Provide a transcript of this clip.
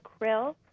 krill